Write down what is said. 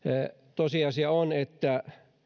tosiasia on että